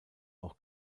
auch